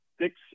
Six